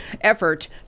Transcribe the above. effort